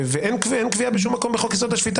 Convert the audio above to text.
אין קביעה בשום מקום בחוק יסוד: השפיטה